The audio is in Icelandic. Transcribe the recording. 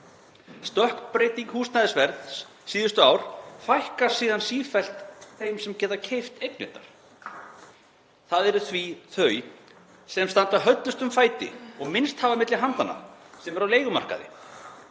Stökkbreyting húsnæðisverðs síðustu ár fækkar síðan sífellt þeim sem geta keypt eignirnar. Það eru því þau sem standa höllustum fæti og minnst hafa milli handanna sem eru á leigumarkaði.